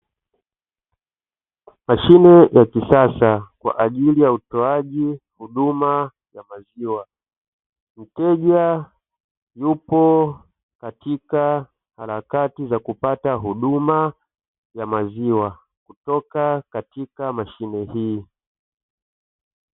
Mashine ya kisasa kwa ajili utoaji huduma ya maziwa mteja yupo katika harakati za kupata huduma ya maziwa kutoka katika mashine hii.